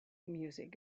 music